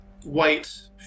white